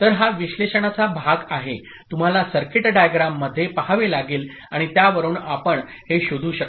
तर हा विश्लेषणाचा भाग आहे तुम्हाला सर्किट डायग्रामकडे पहावे लागेल आणि त्यावरून आपण हे शोधू शकता